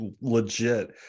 legit